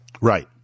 Right